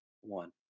One